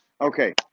Okay